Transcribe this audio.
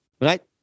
Right